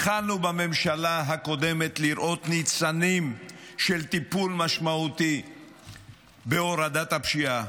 בממשלה הקודמת התחלנו לראות ניצנים של טיפול משמעותי בהורדת הפשיעה.